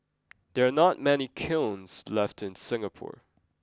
there are not many kilns left in Singapore